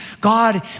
God